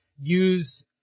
use